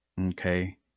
Okay